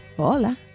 Hola